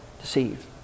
Deceive